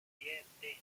siete